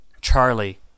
Charlie